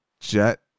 Jet